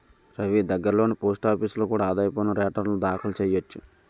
రవీ దగ్గర్లోని పోస్టాఫీసులో కూడా ఆదాయ పన్ను రేటర్న్లు దాఖలు చెయ్యొచ్చు